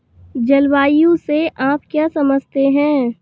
जलवायु से आप क्या समझते हैं?